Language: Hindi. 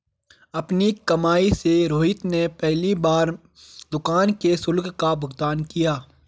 अपनी कमाई से रोहित ने पहली बार दुकान के शुल्क का भुगतान किया